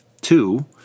Two